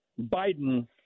Biden